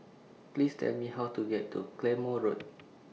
Please Tell Me How to get to Claymore Road